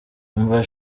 umva